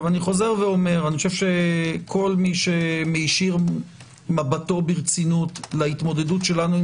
אני שב ואומר כל מי שמישיר מבטו ברצינות להתמודדות שלנו עם